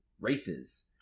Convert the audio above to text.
races